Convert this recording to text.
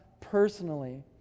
personally